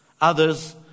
others